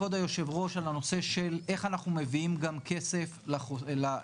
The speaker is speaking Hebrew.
כבוד היושב-ראש על הנושא של איך אנחנו מביאים גם כסף למדינה,